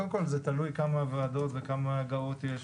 קודם כל זה תלוי בכמה ועדות וכמה הגעות יש,